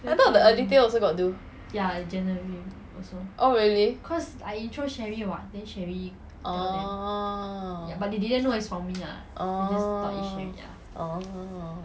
I thought the early in the year you also got do oh really orh orh orh